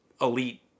elite